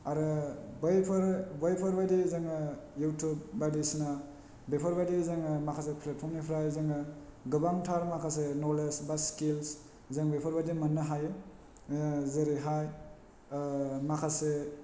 आरो बैफोर बायदि जोङो इउटुब बायदिसिना बेफोर बायदि जोङो माखासे फ्लेदफ्रमनिफ्राय जोङो गोबांथार माखासे नलेज बा सिकिल्स जों बेफोर बायदि मोन्नो हायो जेरैहाय माखासे